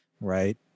Right